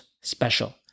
special